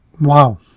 Wow